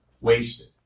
wasted